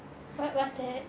err what's that